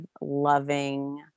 loving